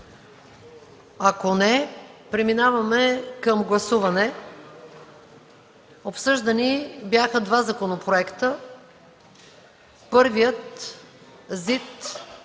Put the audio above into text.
Ако – не, преминаваме към гласуване. Обсъждани бяха два законопроекта – първият, Закон